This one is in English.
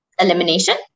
elimination